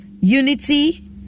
unity